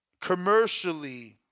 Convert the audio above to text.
commercially